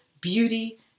beauty